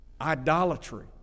idolatry